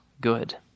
good